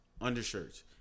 undershirts